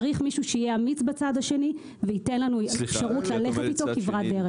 צריך בצד השני מישהו שיהיה אמיץ וייתן לנו אפשרות ללכת איתו כברת דרך.